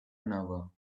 another